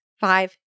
five